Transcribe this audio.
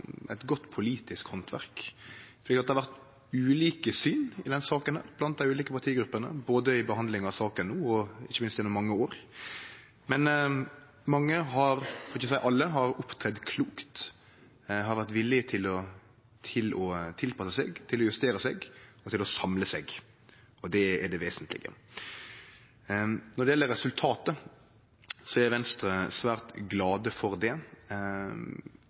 eit resultat av godt politisk handverk. Det har vore ulike syn i denne saka blant dei ulike partigruppene både i behandlinga av saka no og ikkje minst gjennom mange år. Men alle har opptredd klokt, har vore villige til å tilpasse seg, til å justere seg, til å samle seg. Det er det vesentlege. Når det gjeld resultatet, er Venstre svært glad for det.